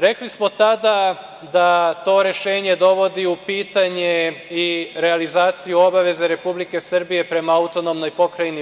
Rekli smo tada da to rešenje dovodi u pitanje i realizaciju obaveze Republike Srbije prema AP